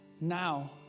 now